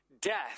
death